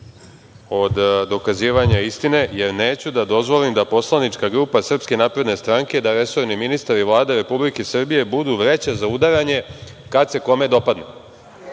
od dokazivanja istine, jer neću da dozvolim da poslanička grupa SNS, da resorni ministar i Vlada Republike Srbije budu vreća za udaranje kad se kome dopadne. Dakle,